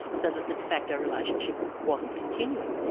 so that the de facto relationship wasn't continuing.